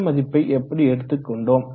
இந்த மதிப்பை எப்படி எடுத்துக் கொண்டோம்